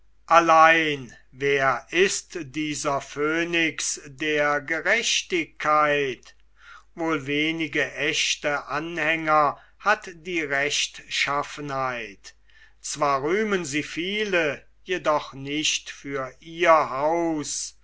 allein wer ist dieser phönix der gerechtigkeit wohl wenige ächte anhänger hat die rechtschaffenheit zwar rühmen sie viele jedoch nicht für ihr haus